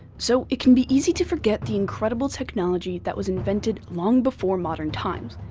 so it can be easy to forget the incredible technology that was invented long before modern times.